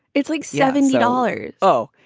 it's like seventy dollars. oh,